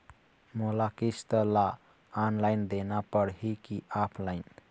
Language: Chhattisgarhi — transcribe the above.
मोला किस्त ला ऑनलाइन देना पड़ही की ऑफलाइन?